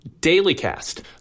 dailycast